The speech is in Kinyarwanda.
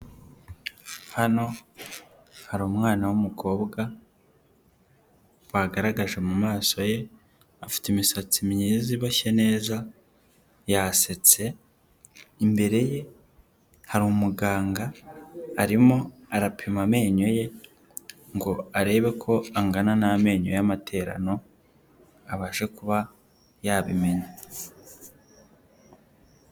Hano hari umwa w'umukobwa bagaragaje mu mumaso ye, afite imisatsi myiza iboshye neza yasetse imbere ye hari umuganga arimo arapima amenyo ye, ngo arebe ko angana n'amenyo y'amateraniro abashe kuba yabimenye.